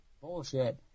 Bullshit